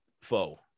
foe